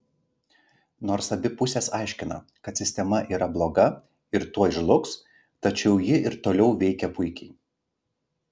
nors abi pusės aiškina kad sistema yra bloga ir tuoj žlugs tačiau ji ir toliau veikia puikiai